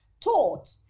taught